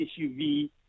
SUV